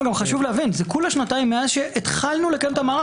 חשוב להבין כולה שנתיים מאז שהתחלנו לקיים את המערך.